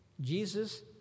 Jesus